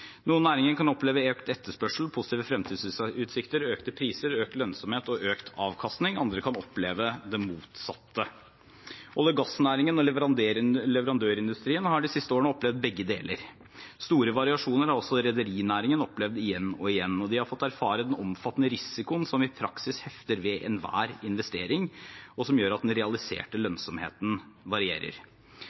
Noen næringer kan oppleve økt etterspørsel, positive fremtidsutsikter, økte priser, økt lønnsomhet og økt avkastning, mens andre kan oppleve det motsatte. Olje- og gassnæringen og leverandørindustrien har de siste årene opplevd begge deler. Store variasjoner har også rederinæringen opplevd igjen og igjen, og de har fått erfare at den oppfattede risikoen, som i praksis hefter ved enhver investering, gjør at den realiserte lønnsomheten varierer.